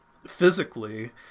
physically